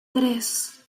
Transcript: tres